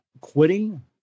quitting